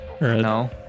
no